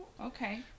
Okay